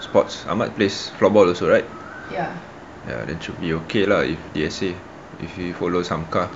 sports I might place floorboard also right ya then should be okay lah if they are safe if he follows some car